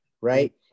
Right